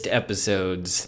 episodes